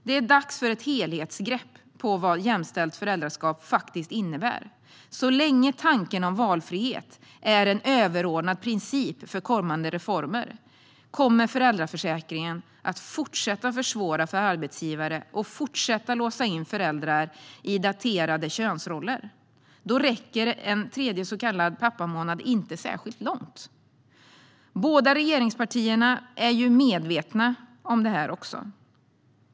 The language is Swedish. Det är dags att ta ett helhetsgrepp om vad jämställt föräldraskap faktiskt innebär. Så länge tanken om valfrihet är en överordnad princip för kommande reformer kommer föräldraförsäkringen att fortsätta försvåra för arbetsgivare och fortsätta låsa in föräldrar i daterade könsroller. Då räcker en tredje så kallad pappamånad inte särskilt långt. Båda regeringspartierna är medvetna om det här.